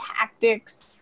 tactics